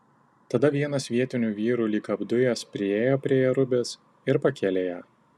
tada vienas vietinių vyrų lyg apdujęs priėjo prie jerubės ir pakėlė ją